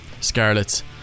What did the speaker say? Scarlets